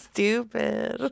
Stupid